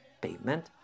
payment